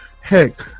Heck